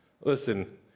listen